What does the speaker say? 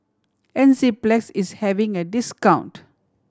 enzyplex is having a discount